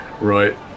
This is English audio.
Right